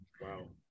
Wow